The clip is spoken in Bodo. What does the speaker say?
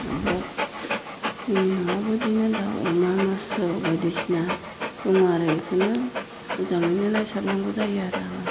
जोंनि न'आव बिदिनो दाउ अमा मोसौ बायदिसिना दङ आरो बेखौनो मोजाङैनो नायसाब नांगौ जायो आरो आङो